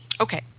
Okay